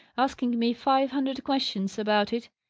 asking me five hundred questions about it.